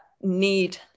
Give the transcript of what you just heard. need